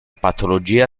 patologia